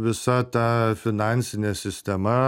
visa ta finansinė sistema